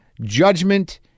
judgment